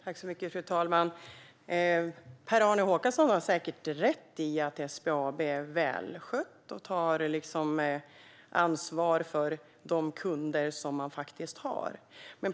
Fru talman! Per-Arne Håkansson har säkert rätt i att SBAB är välskött och tar ansvar för de kunder man har.